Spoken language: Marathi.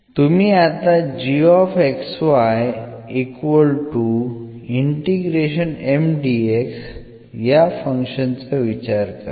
तुम्ही आता या फंक्शन चा विचार करा